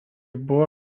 buvo